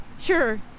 sure